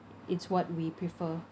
it's what we prefer